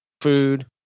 food